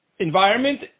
environment